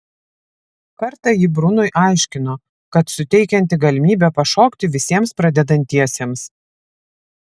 kartą ji brunui aiškino kad suteikianti galimybę pašokti visiems pradedantiesiems